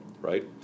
right